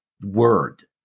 word